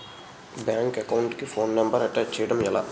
Bank account కి phone number attach చేయడం ఎలా?